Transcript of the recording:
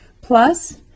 plus